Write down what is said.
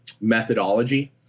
Methodology